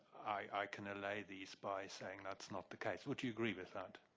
i can allay these by saying that's not the case. would you agree with that?